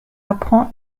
apprend